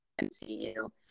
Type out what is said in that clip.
MCU